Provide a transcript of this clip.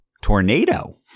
Tornado